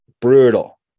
brutal